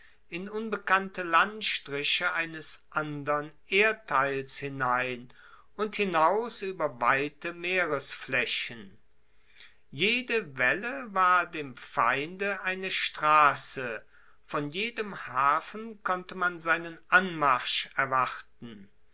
in unbekannte landstriche eines andern erdteils hinein und hinaus ueber weite meeresflaechen jede welle war dem feinde eine strasse von jedem hafen konnte man seinen anmarsch erwarten